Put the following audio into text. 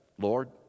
Lord